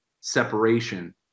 separation